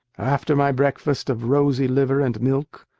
after my breakfast of rosy liver and milk,